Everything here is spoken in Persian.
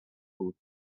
بود